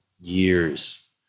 years